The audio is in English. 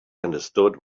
understood